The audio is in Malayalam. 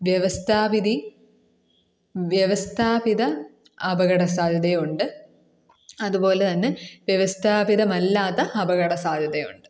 വ്യവസ്ഥാ വിധി വ്യവസ്ഥാപിത അപകട സാധ്യതയും ഉണ്ട് അതുപോലെത്തന്നെ വ്യവസ്ഥാപിതമല്ലാത്ത അപകട സാധ്യതയും ഉണ്ട്